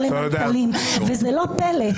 וזה לא פלא.